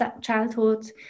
childhood